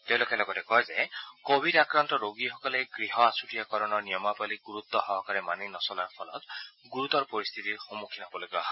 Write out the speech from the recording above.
তেওঁলোকে লগতে কয় যে কোভিড আক্ৰান্ত ৰোগীসকলে গৃহ আছুতীয়াকৰণৰ নিয়মাৱলী গুৰুত্সহকাৰে মানি নচলাৰ ফলত গুৰুতৰ পৰিস্থিতিৰ সন্মুখীন হ'ব লগা হয়